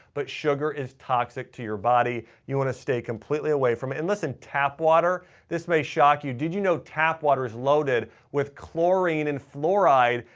but sugar is toxic to your body. body. you want to stay completely away from it. and listen, tap water this may shock you. did you know tap water is loaded with chlorine and fluoride,